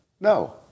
No